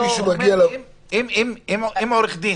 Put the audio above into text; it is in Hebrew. עורך דין